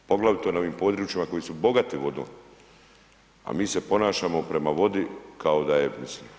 Poglavito na ovim područjima koji su bogati vodom, a mi se ponašamo prema vodi kao da je, mislim.